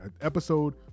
Episode